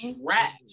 trash